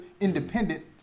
independent